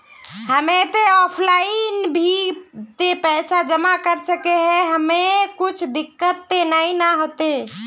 हम ते ऑफलाइन भी ते पैसा जमा कर सके है ऐमे कुछ दिक्कत ते नय न होते?